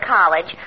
College